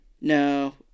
No